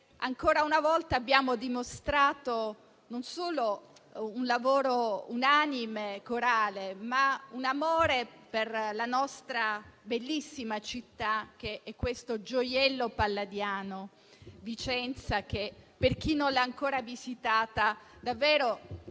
ancora una volta abbiamo dimostrato non solo un lavoro unanime e corale, ma anche un amore per la nostra bellissima città, un gioiello palladiano, Vicenza. Per chi non l'ha ancora visitata, davvero